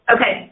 Okay